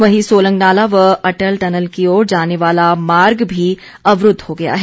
वहीं सोलंगनाला व अटल टनल की ओर जाने वाला मार्ग भी अवरूद्व हो गया है